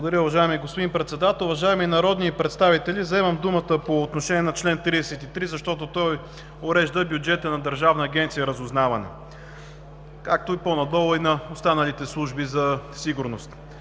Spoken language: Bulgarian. Благодаря. Уважаеми господин Председател, уважаеми народни представители! Вземам думата по отношение на чл. 33, защото той урежда бюджета на Държавна агенция „Разузнаване“, както по-надолу – и на останалите служби за сигурност.